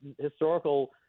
historical